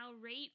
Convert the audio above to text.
rate